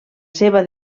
seva